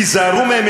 תיזהרו מהם,